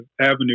avenue